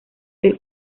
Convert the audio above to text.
del